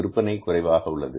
விற்பனை குறைவாக உள்ளது